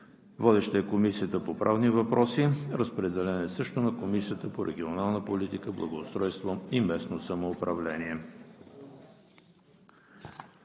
Водеща е Комисията по правни въпроси. Разпределен е и на Комисията по регионална политика, благоустройство и местно самоуправление.